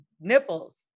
Nipples